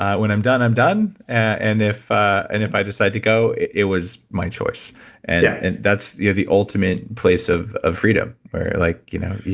ah when i'm done, i'm done, and if ah and if i decide to go, it was my choice. and that's the the ultimate place of of freedom, where like, you know,